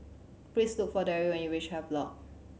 please look for Dabney when you reach Havelock